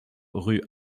rue